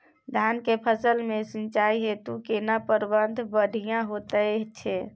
धान के फसल में सिंचाई हेतु केना प्रबंध बढ़िया होयत छै?